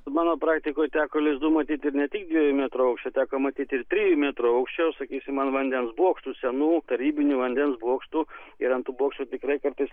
mano praktikoj teko lizdų matyti dviejų metrų aukščio teko matyti ir trijų metrų aukščio sakysim ant vandens bokštų senų tarybinių vandens bokštų ir ant tų bokštų tikrai kartais